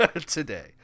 today